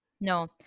No